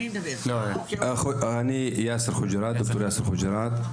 אני יאסר חוג'יראת, ד"ר יאסר חוג'יראת,